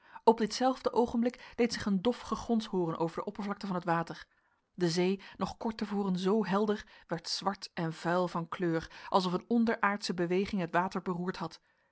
op ditzelfde oogenblik deed zich een dof gegons hooren over de oppervlakte van het water de zee nog kort te voren zoo helder werd zwart en vuil van kleur alsof een onderaardsche beweging het water beroerd had